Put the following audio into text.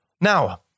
Now